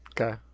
Okay